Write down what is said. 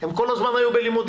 הם כל הזמן היו בלימודים.